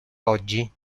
oggi